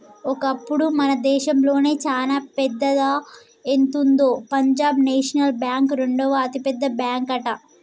ఒకప్పుడు మన దేశంలోనే చానా పెద్దదా ఎంతుందో పంజాబ్ నేషనల్ బ్యాంక్ రెండవ అతిపెద్ద బ్యాంకట